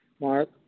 Mark